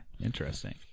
interesting